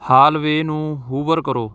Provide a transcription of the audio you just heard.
hallway ਨੂੰ hoover ਕਰੋ